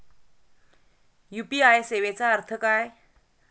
UPI सेवेचा अर्थ काय?